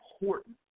important